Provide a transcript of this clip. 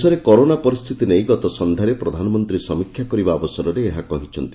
ଦେଶରେ କରୋନା ପରିସ୍କିତି ନେଇ ଗତ ସଂଧ୍ୟାରେ ପ୍ରଧାନମନ୍ତୀ ସମୀକ୍ଷା କରିବା ଅବସରରେ ଏହା କହିଛନ୍ତି